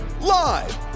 live